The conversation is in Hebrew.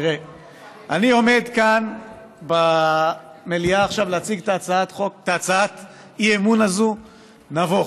אני עומד כאן במליאה עכשיו להציג את הצעת האי-אמון הזו נבוך.